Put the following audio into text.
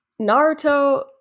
Naruto